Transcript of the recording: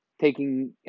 taking